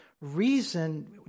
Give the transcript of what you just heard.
reason